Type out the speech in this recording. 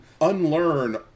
unlearn